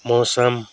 मौसम